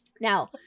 Now